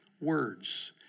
Words